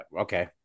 okay